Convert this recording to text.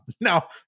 Now